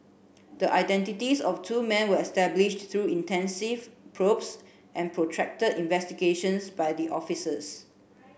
the identities of two men were established through intensive probes and protracted investigations by the officers